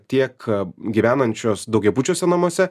tiek gyvenančios daugiabučiuose namuose